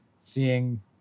seeing